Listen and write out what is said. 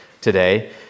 today